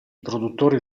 produttori